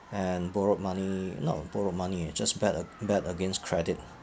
and borrowed money not borrowed money I just bet ag~ bet against credit